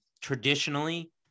traditionally